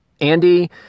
Andy